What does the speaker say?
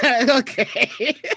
okay